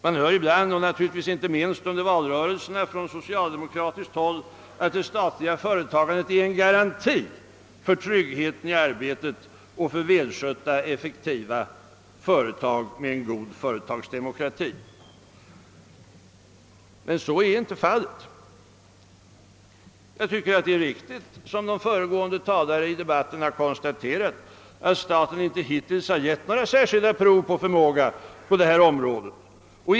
Man hör ibland från socialdemokratiskt håll, naturligtvis inte minst under valrörelsen, att det statliga företagandet är en garanti för tryggheten i arbetet och för välskötta och effektiva företag med en god företagsdemokrati. Men detta stämmer inte. Jag tycker det är riktigt vad de föregående talarna i debatten konstaterat, nämligen att staten inte hittills gett några särskilda prov på förmåga på det här området.